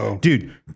Dude